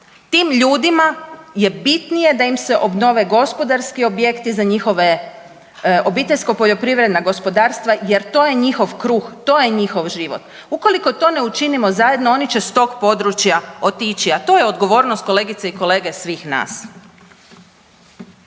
Tim ljudima je bitnije da im se obnove gospodarski objekti za njihovo obiteljska poljoprivredna gospodarstva jer to je njihov kruh, to je njihov život. Ukoliko to ne učinimo zajedno oni će s tog područja otići, a to je odgovornost, kolegice i kolege, svih nas.